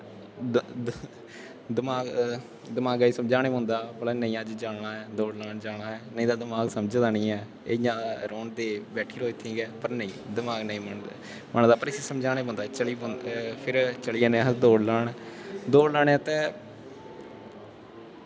दमाग दमागै गी समझाना पौंदा नेईं अज्ज जाना ऐ दौड़ने गी जाना ऐ नेईं तां दमाग समझदा निं ऐ ते एह् इ'यां रौहन दे बैठिया के र'वो इत्थें गै पर दमाग नेईं मनदा ते इसी समझाना पौंदा की चली पौग ते फिर अस चली पौने दौड़ लान दौड़ लानै आस्तै